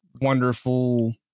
wonderful